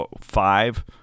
five